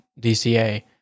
DCA